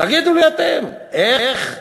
תגידו לי אתם, איך?